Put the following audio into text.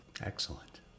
Excellent